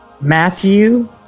Matthew